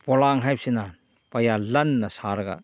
ꯄꯣꯂꯥꯡ ꯍꯥꯏꯕꯁꯤꯅ ꯄꯩꯌꯥ ꯂꯟꯅ ꯁꯥꯔꯒ